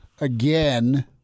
again